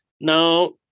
Now